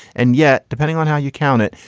and yet, depending on how you count it,